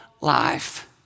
life